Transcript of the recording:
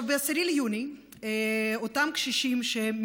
ב-10 ביוני אותם קשישים,